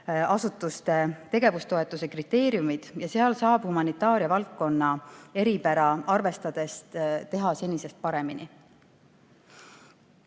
teadusasutuste tegevustoetuse kriteeriumid ja seal saab humanitaaria valdkonna eripära arvestades üht-teist teha senisest paremini.